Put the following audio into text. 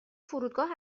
فرودگاه